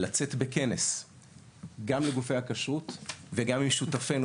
לצאת בכנס גם לגופי הכשרות וגם עם שותפינו